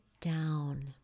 down